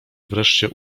wreszcie